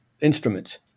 instruments